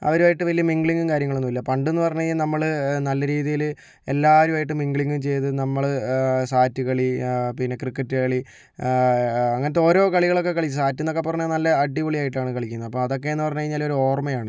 അവരും ആയിട്ട് വലിയ മിംഗ്ലിംഗും കാര്യങ്ങളൊന്നും ഇല്ല പണ്ടെന്ന് പറഞ്ഞു കഴിഞ്ഞാൽ നമ്മള് നല്ല രീതിയില് എല്ലാരും ആയിട്ട് മിംഗ്ലിംഗും ചെയ്ത് നമ്മള് സാറ്റ് കളി പിന്നെ ക്രിക്കറ്റ് കളി അങ്ങനത്തെ ഓരോ കളികളൊക്കെ കളിച്ച് സാറ്റ് എന്നൊക്കെ പറഞ്ഞാൽ നല്ല അടിപൊളിയായിട്ടാണ് കളിക്കുന്നത് അപ്പോൾ അതൊക്കെയെന്ന് പറഞ്ഞു കഴിഞ്ഞാല് ഒരു ഓർമ്മയാണ്